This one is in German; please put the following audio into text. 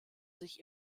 sich